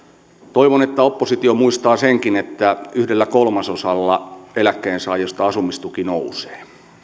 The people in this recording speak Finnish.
toivon että oppositio muistaa senkin että yhdellä kolmasosalla eläkkeensaajista asumistuki nousee